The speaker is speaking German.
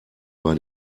bei